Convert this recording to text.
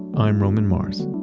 i'm roman mars